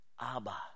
Abba